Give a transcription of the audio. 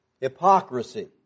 Hypocrisy